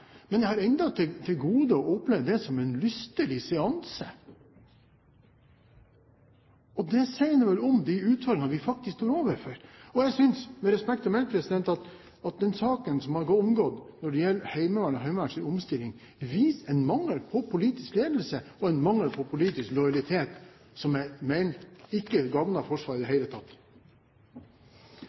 men jeg har ennå til gode å oppleve det som en lystelig seanse. Det sier noe om de utvalgene vi faktisk står overfor. Jeg synes – med respekt å melde – at den saken som nå har gått om Heimevernet og Heimevernets omstilling, har vist en mangel på politisk ledelse og en mangel på politisk lojalitet som jeg mener ikke gagner Forsvaret i det hele tatt.